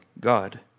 God